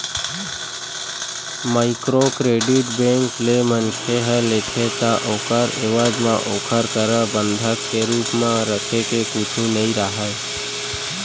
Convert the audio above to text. micro credit bank ले मनखे ह लेथे ता ओखर एवज म ओखर करा बंधक के रुप म रखे के कुछु नइ राहय